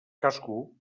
cascú